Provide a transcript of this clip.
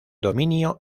dominio